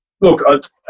Look